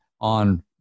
on